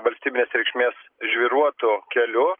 valstybinės reikšmės žvyruotų kelių